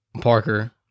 Parker